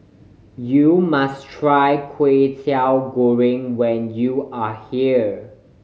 you must try Kway Teow Goreng when you are here